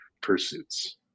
pursuits